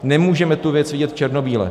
Nemůžeme tu věc vidět černobíle.